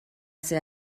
ser